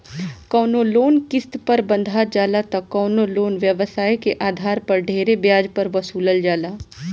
कवनो लोन किस्त पर बंधा जाला त कवनो लोन व्यवसाय के आधार पर ढेरे ब्याज पर वसूलल जाला